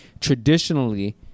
traditionally